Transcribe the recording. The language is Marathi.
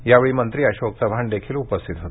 यावेळी मंत्री अशोक चव्हाण हेही उपस्थित होते